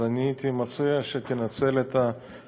אז אני הייתי מציע שתנצל את שירותיהם